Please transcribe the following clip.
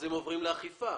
אז הם עוברים לאכיפה.